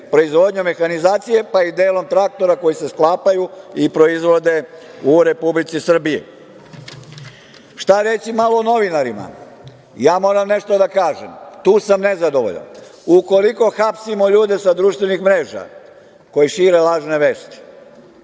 proizvodnju mehanizacije i delom traktora koji se sklapaju i proizvode u Republici Srbiji. Šta reći malo o novinarima? Moram nešto da kažem. Tu sam nezadovoljan. Ukoliko hapsimo ljude sa društvenih mreža koji šire lažne vesti,